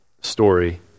story